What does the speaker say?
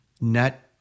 net